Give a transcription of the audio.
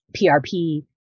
PRP